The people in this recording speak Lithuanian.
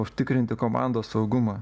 užtikrinti komandos saugumą